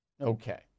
Okay